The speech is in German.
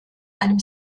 einem